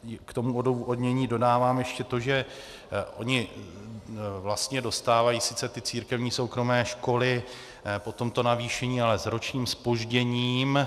K tomu odůvodnění dodávám ještě to, že ony vlastně dostávají sice ty církevní a soukromé školy potom to navýšení, ale s ročním zpožděním.